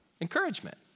Encouragement